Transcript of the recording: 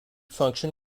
function